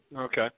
Okay